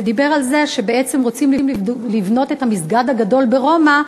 ועל זה שבעצם רוצים לבנות את המסגד הגדול ברומא,